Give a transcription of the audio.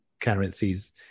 currencies